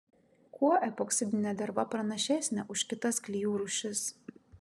kuo epoksidinė derva pranašesnė už kitas klijų rūšis